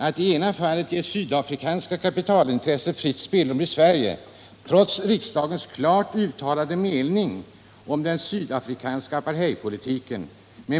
I ena fallet ger man sydafrikanska kapitalintressen fritt spelrum i Sverige, trots riksdagens klart uttalade mening om den sydafrikanska apartheidpolitiken.